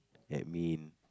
admin